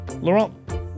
Laurent